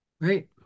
Right